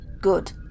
Good